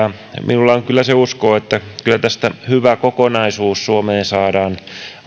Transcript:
etenevät ja minulla on kyllä se usko että kyllä tästä hyvä kokonaisuus suomeen saadaan